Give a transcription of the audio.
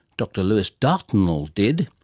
dr lewis dartnell did.